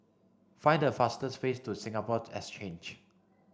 find the fastest way to Singapore Exchange